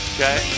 Okay